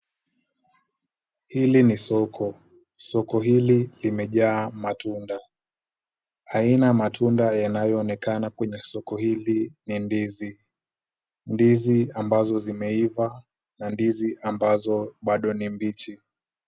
Hili ni soko. Soko hili limejaa matunda. Aina ya matunda yanayoonekana kwenye soko hili ni ndizi. Ndizi ambazo zimeiva na ndizi ambazo bado ni mbichi.